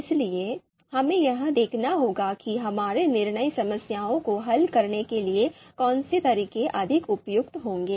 इसलिए हमें यह देखना होगा कि हमारी निर्णय समस्याओं को हल करने के लिए कौन से तरीके अधिक उपयुक्त होंगे